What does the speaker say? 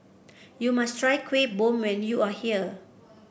you must try Kuih Bom when you are here